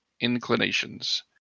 inclinations